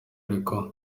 ariko